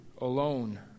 alone